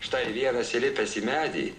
štai vienas įlipęs į medį